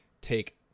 take